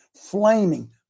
flaming